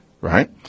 Right